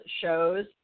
shows